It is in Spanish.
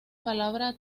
palabra